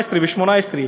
2017 ו-2018,